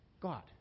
God